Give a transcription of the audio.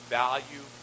value